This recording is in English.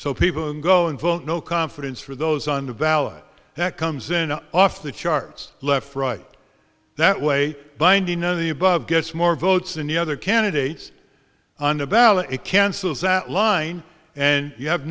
so people can go and vote no confidence for those on the ballot that comes in off the charts left right that way binding on the above gets more votes than the other candidates on the ballot it cancels that line and you have